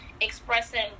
expressing